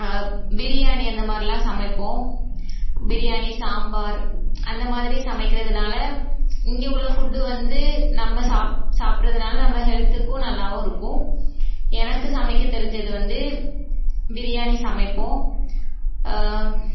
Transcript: பிரியாணி அந்தமாதிரிலாம் சமைப்போம் பிரியாணி சாம்பார் அந்தமாதிரி சமைக்கிறதுனால இங்கே உள்ள ஃபுட்டு வந்து நம்ம சாப் சாப்பிட்றதுனால நம்ம ஹெல்த்துக்கும் நல்லாவும் இருக்கும் எனக்கு சமைக்க தெரிஞ்சது வந்து பிரியாணி சமைப்போம்